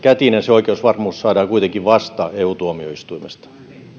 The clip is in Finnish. oikeusvarmuus saadaan kuitenkin vasta eu tuomioistuimesta